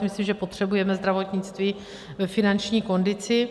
Myslím, že potřebujeme zdravotnictví ve finanční kondici.